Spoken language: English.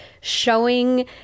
showing